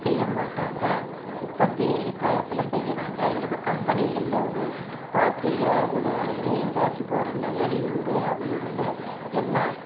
செய்யமாட்டாங்க இப்பத்திய இக்காலத்தில் செய்கிறாங்க ஏதோ கம்பெனிகளில் ஒரு பார்ட்டிகள் அதுகள் எங்காச்சும் போகிறோன்னா வெளியூர் அது இதுகள் எல்லாம்